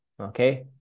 okay